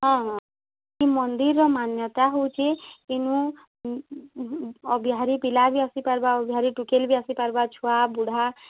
ହଁ ହଁ ଇ ମନ୍ଦିର୍ର ମାନ୍ୟତା ହଉଛେ ଇନୁ ଅବିହାରୀ ପିଲା ବି ଆସିପାର୍ବା ଅବିହାରୀ ଟୁକେଲ୍ ବି ଆସିପାର୍ବା ଛୁଆ ବୁଢ଼ା